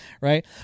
right